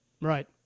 Right